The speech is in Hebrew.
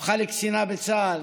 והפכה לקצינה בצה"ל.